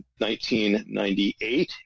1998